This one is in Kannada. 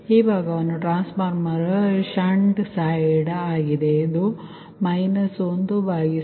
ಈ ಭಾಗವು ಟ್ರಾನ್ಸ್ಫಾರ್ಮರ್ ಷಂಟ್ ಸೈಡ್ಸshunt side ಆಗಿದೆ